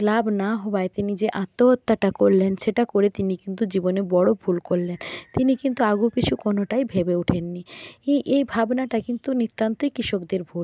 লাভ না হওয়ায় তিনি যে আত্মহত্যাটা করলেন সেটা করে তিনি কিন্তু জীবনে বড় ভুল করলেন তিনি কিন্তু আগুপিছু কোনোটাই ভেবে ওঠেননি এই ভাবনাটা কিন্তু নিতান্তই কৃষকদের ভুল